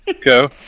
go